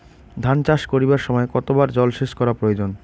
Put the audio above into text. ধান চাষ করিবার সময় কতবার জলসেচ করা প্রয়োজন?